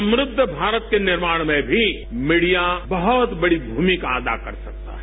समृद्ध भारत के निर्माण में भी मीडिया बहुत बड़ी भूमिका अदा कर सकता है